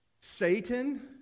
Satan